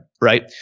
right